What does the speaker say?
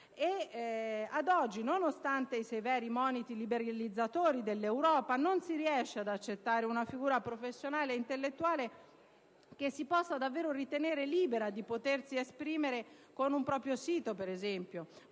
oggi, nonostante i severi moniti liberalizzatori dell'Europa, non si riesce ad accettare una figura professionale e intellettuale che si possa davvero ritenere libera di esprimersi con un proprio sito, con